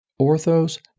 Orthos